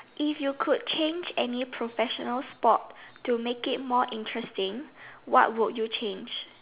if you could change any professional sport to make it more interesting what would you change